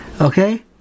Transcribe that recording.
Okay